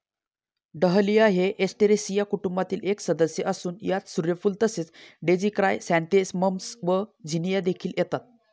dahlia हे Asteraceae कुटुंबातील एक सदस्य असून यात सूर्यफूल तसेच डेझी क्रायसॅन्थेमम्स व झिनिया देखील येतात